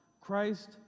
Christ